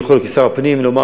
כשר פנים אני יכול לומר,